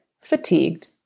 fatigued